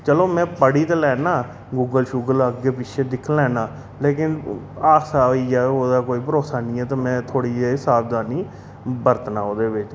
चलो मैं पढ़ी ते लैना गूगल शूगल अग्गें पिच्छें दिक्ख लैना लेकिन ओह् हादसा होई जा ओह्दा कोई भरोसा निं ऐ ते मैं थोह्ड़ी जेही सावधानी बरतना ओह्दे बेच्च